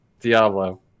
Diablo